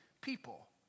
people